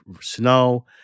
snow